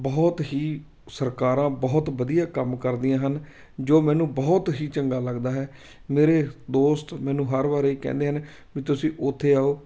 ਬਹੁਤ ਹੀ ਸਰਕਾਰਾਂ ਬਹੁਤ ਵਧੀਆ ਕੰਮ ਕਰਦੀਆਂ ਹਨ ਜੋ ਮੈਨੂੰ ਬਹੁਤ ਹੀ ਚੰਗਾ ਲੱਗਦਾ ਹੈ ਮੇਰੇ ਦੋਸਤ ਮੈਨੂੰ ਹਰ ਵਾਰ ਇਹ ਕਹਿੰਦੇ ਹਨ ਵੀ ਤੁਸੀਂ ਉੱਥੇ ਆਉ